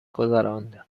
گذراند